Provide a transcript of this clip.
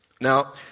Now